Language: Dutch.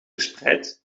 verspreid